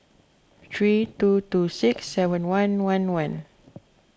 three two two six seven one one one